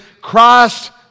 Christ